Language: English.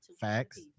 Facts